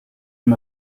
him